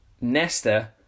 Nesta